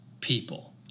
people